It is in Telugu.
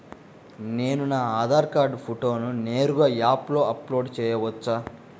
నేను నా ఆధార్ కార్డ్ ఫోటోను నేరుగా యాప్లో అప్లోడ్ చేయవచ్చా?